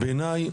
בעיניי,